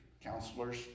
Counselors